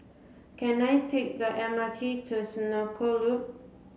can I take the M R T to Senoko Loop